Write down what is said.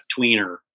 tweener